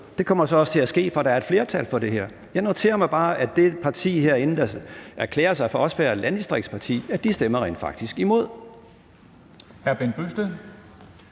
det kommer så også til at ske, for der er et flertal for det her. Jeg noterer mig bare, at det parti herinde, der også erklærer sig som et landdistriktsparti, rent faktisk